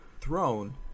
throne